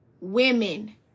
Women